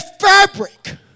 fabric